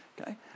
Okay